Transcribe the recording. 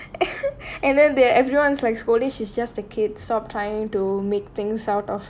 and then they everyone's like scolding she's just a kid stop trying to make things out of